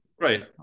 Right